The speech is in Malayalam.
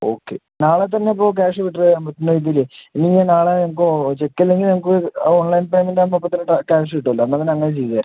ഓക്കെ നാളത്തന്നെ അപ്പോൾ ക്യാഷ് വിഡ്രോ ചെയ്യാൻ പറ്റില്ലായിരിക്കും അല്ലെ നിങ്ങള് നാളെ ഇപ്പം ചെക്ക് അല്ലെങ്കിൽ നമുക്ക് ഓൺലൈൻ പേയ്മെൻറ്റ് ആകുമ്പോൾ അപ്പത്തന്നെ ക്യാഷ് കിട്ടുമല്ലൊ എന്നാൽ പിന്നെ അങ്ങനെ ചെയ്യാം